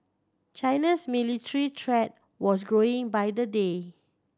China's military threat was growing by the day